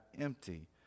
empty